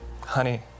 honey